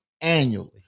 annually